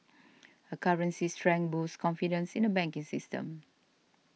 a currency's strength boosts confidence in the banking system